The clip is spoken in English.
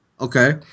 Okay